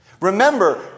Remember